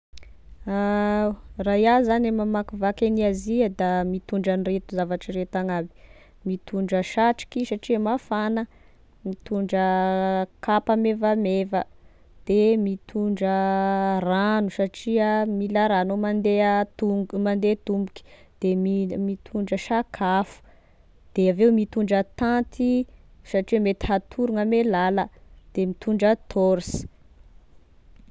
Raha iaho zany e mamakivaky an'i Azia da mitondra an'ireto zavatry reto agnaby mitondra satroky satria mafagna, mitondra kapa mevameva, de mitondra ragno satria mila ragno mandeha tong- mande tomboky de mil- mitondra sakafo de avao mitondra tanty satria mety hatory gn'ame lala de mitondra tôrsy.